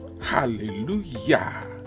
Hallelujah